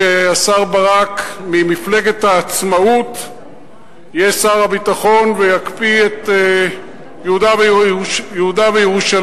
שהשר ברק ממפלגת העצמאות יהיה שר הביטחון ויקפיא את יהודה וירושלים,